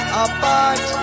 apart